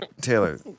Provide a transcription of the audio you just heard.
Taylor